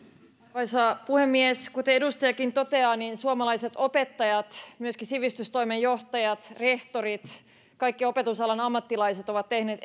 arvoisa puhemies kuten edustajakin toteaa suomalaiset opettajat myöskin sivistystoimen johtajat rehtorit kaikki opetusalan ammattilaiset ovat tehneet